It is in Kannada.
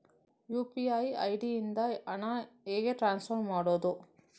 ಯು.ಪಿ.ಐ ಐ.ಡಿ ಇಂದ ಹಣ ಹೇಗೆ ಟ್ರಾನ್ಸ್ಫರ್ ಮಾಡುದು?